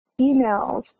emails